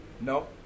No